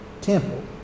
temple